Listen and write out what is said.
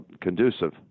conducive